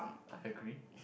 I agree